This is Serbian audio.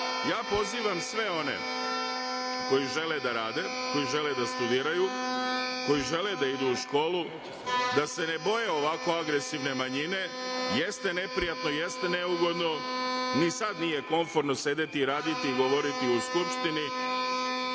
dockan. Pozivam sve one koji žele da rade, koji žele da studiraju, koji žele da idu u školu da se ne boje ovako agresivne manjine. Jeste neprijatno, jeste neugodno, ni sada nije komforno sedeti, raditi, govoriti u Skupštini,